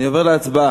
אני עובר להצבעה.